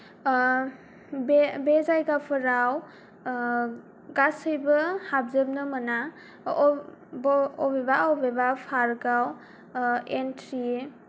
बे बे जायगाफोराव गासैबो हाबजोबनो मोना अबेबा अबेबा पार्काव एन्ट्रि